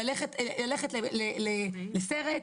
ללכת לסרט,